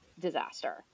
disaster